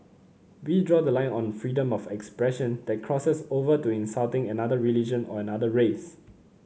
we draw the line on freedom of expression that crosses over to insulting another religion or another race